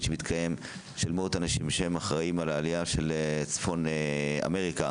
שמתקיים של מאות אנשים שאחראים על העלייה של צפון אמריקה